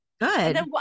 Good